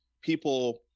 people